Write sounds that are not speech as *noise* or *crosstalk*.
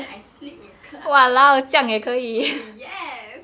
I sleep in class *laughs* yes